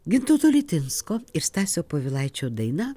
gintauto litinsko ir stasio povilaičio daina